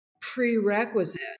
prerequisite